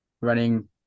running